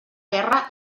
guerra